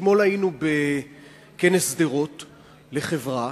אתמול היינו בכנס שדרות לחברה,